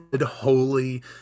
holy